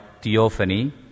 theophany